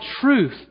truth